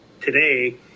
today